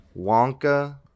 Wonka